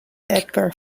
edgar